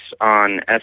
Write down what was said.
on